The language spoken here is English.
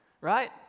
right